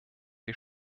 wir